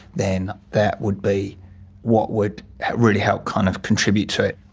then that would be what would really help kind of contribute to it.